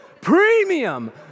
premium